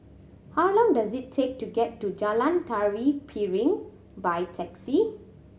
how long does it take to get to Jalan Tari Piring by taxi